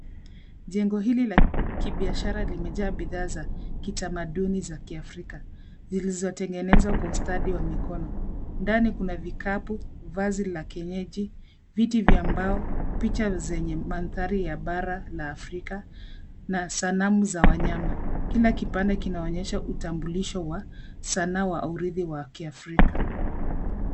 Jengo hili la kibiashara limejaa bidhaa za kitamaduni za kiafrika, zilizotengenezwa kwa ustadi wa mikono. Ndani kuna vikapu, vazi la kienyeji, viti vya mbao, picha zenye mandhari ya bara la Afrika, na sanamu za wanyama. Kila kipande kinaonyesha utambulisho wa sanaa wa urithi wa kiafrika.